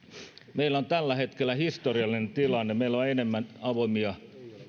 meillä on tällä hetkellä historiallinen tilanne meillä on enemmän avoimia